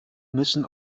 müssen